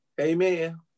Amen